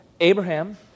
abraham